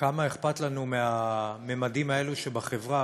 כמה אכפת לנו מהממדים האלה שבחברה,